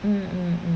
mm mm mm